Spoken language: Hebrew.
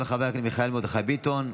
של חבר הכנסת מיכאל מרדכי ביטון.